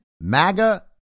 MAGA